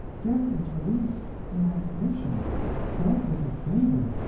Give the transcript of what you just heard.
death is release, emancipation death is a favor.